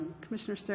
Commissioner